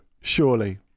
Surely